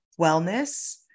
wellness